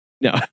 No